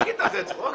תגיד, אתה עושה צחוק?